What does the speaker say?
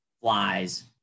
flies